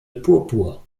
purpur